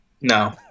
No